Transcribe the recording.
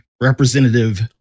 representative